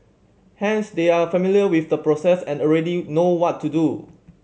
hence they are familiar with the process and already know what to do